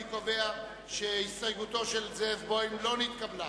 אני קובע שהסתייגותו של זאב בוים לא נתקבלה.